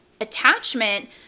attachment